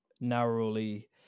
narrowly